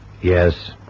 Yes